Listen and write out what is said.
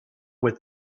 what